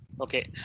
Okay